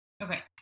Okay